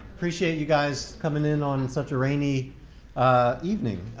appreciate you guys coming in on such a rainy evening.